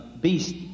beast